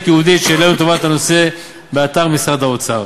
ייעודית שהעלינו לטובת הנושא באתר משרד האוצר.